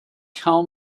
tell